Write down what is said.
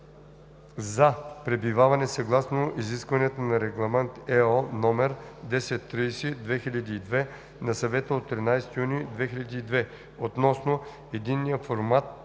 „за пребиваване съгласно изискванията на Регламент (ЕО) № 1030/2002 на Съвета от 13 юни 2002 г. относно единния формат